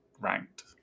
ranked